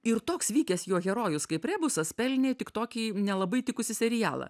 ir toks vykęs jo herojus kaip rebusas pelnė tik tokį nelabai tikusį serialą